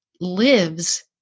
lives